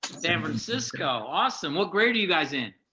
san francisco awesome. what grades are you guys in?